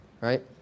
right